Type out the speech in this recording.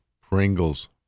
Pringles